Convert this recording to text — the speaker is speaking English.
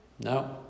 No